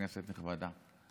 כנסת נכבדה,